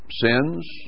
sins